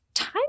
Time